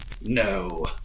No